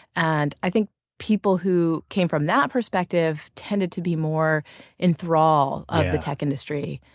and i think people who came from that perspective, tended to be more enthrall of the tech industry.